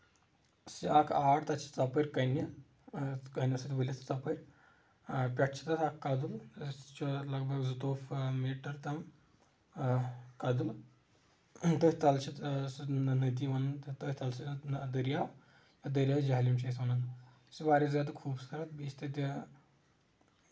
سُہ چھ اکھ آر تَتہِ چھِ ژۄپٲرۍ کَنہِ کَنہِ سۭتۍ ؤلِتھ ژۄپٲرۍ پٮ۪ٹھ چھ تَتھ اکھ کٔدل سُہ چھُ لگ بگ زٕتووُہ میٖٹر تہٕ کٔدل تٔتھۍ تَل چھِ سُہ نٔدی ونان تہٕ تٔتھۍ تَل چھ دریاب دریاے جہلِم چھِ أسۍ وَنان یہِ چھِ واریاہ زیادٕ خوٗبصوٗرت تہٕ بیٚیہِ چھِ تَتہِ